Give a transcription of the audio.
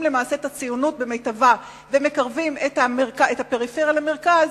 את הציונות במיטבה ומקרבים את הפריפריה למרכז,